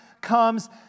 comes